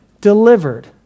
delivered